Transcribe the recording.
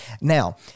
Now